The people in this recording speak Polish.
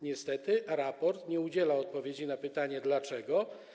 Niestety raport nie udziela odpowiedzi na pytanie: dlaczego.